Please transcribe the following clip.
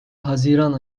haziran